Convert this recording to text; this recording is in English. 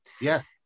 Yes